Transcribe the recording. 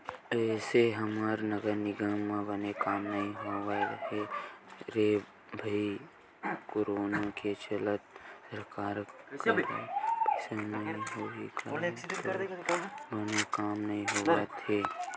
एसो हमर नगर निगम म बने काम नइ होवत हे रे भई करोनो के चलत सरकार करा पइसा नइ होही का थोरको बने काम नइ होवत हे